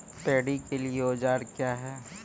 Paddy के लिए औजार क्या हैं?